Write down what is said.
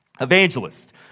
Evangelist